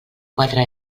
quatre